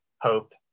hope